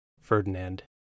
Ferdinand